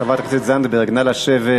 חברת הכנסת זנדברג, נא לשבת.